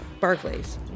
Barclays